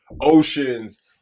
oceans